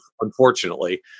Unfortunately